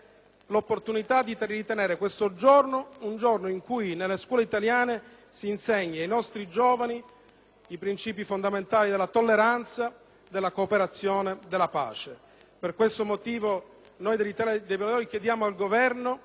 l'opportunità di ritenere il Giorno della Memoria un giorno in cui nelle scuole italiane si insegnino ai nostri giovani i principi fondamentali della tolleranza, della cooperazione, della pace. Per questo motivo noi dell'Italia dei Valori chiediamo al Governo